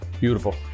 Beautiful